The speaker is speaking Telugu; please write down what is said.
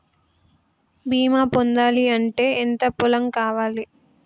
బీమా పొందాలి అంటే ఎంత పొలం కావాలి?